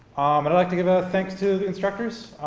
and i'd like to give a thanks to the instructors,